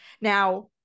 now